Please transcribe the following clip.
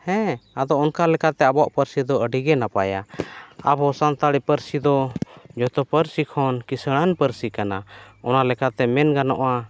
ᱦᱮᱸ ᱚᱱᱠᱟ ᱞᱮᱠᱟᱛᱮ ᱟᱵᱚᱣᱟᱜ ᱯᱟᱹᱨᱥᱤ ᱫᱚ ᱟᱹᱰᱤ ᱜᱮ ᱱᱟᱯᱟᱭᱟ ᱟᱵᱚ ᱥᱟᱱᱛᱟᱲᱤ ᱯᱟᱹᱨᱥᱤ ᱫᱚ ᱡᱚᱛᱚ ᱯᱟᱹᱨᱥᱤ ᱠᱷᱚᱱ ᱠᱤᱥᱟᱹᱬᱟᱱ ᱯᱟᱹᱨᱥᱤ ᱠᱟᱱᱟ ᱚᱱᱟ ᱞᱮᱠᱟᱛᱮ ᱢᱮᱱ ᱜᱟᱱᱚᱜᱼᱟ